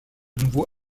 nouveau